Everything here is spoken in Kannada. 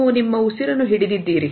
ನೀವು ನಿಮ್ಮ ಉಸಿರನ್ನು ಹಿಡಿದಿದ್ದೀರಿ